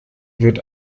wird